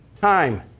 time